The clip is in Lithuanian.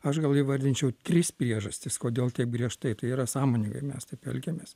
aš gal įvardinčiau tris priežastis kodėl taip griežtai tai yra sąmoningai mes taip elgiamės